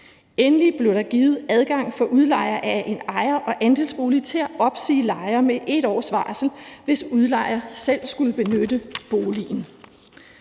Endelig blev der givet adgang for udlejer af en ejer- og andelsbolig til at opsige lejere med 1 års varsel, hvis udlejeren selv skulle benytte boligen.